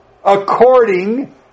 According